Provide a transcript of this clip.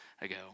ago